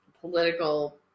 political